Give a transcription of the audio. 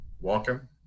welcome